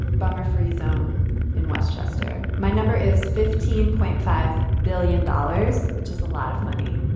bummer. free zone in westchester. my number is fifteen point five billion dollars, which is a lot of money.